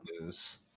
news